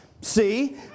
See